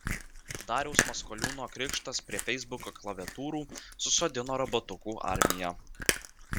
dariaus maskoliūno krikštas prie feisbuko klaviatūrų susodino robotukų armiją